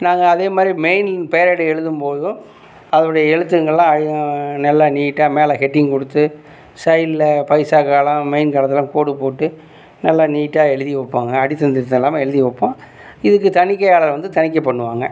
நாங்கள் அதேமாதிரி மெயின் பேலட் எழுதும்பொழுதும் அதனுடைய எழுத்துங்கலாம் அழ் நல்லா நீட்டாக மேலே ஹெட்டிங் கொடுத்து சைடில் பைசா காலம் மெயின் காலத்தெல்லாம் கோடு போட்டு நல்லா நீட்டாக எழுதி வைப்பாங்க அடித்தல் திருத்தல் இல்லாமல் எழுதி வைப்போம் இதுக்கு தணிக்கையாளர் வந்து தணிக்கை பண்ணுவாங்க